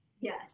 Yes